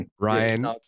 ryan